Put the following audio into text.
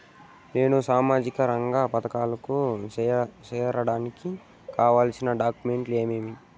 నేను సామాజిక రంగ పథకాలకు సేరడానికి కావాల్సిన డాక్యుమెంట్లు ఏమేమీ?